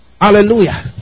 Hallelujah